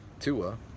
Tua